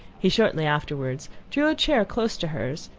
he shortly afterwards drew a chair close to hers,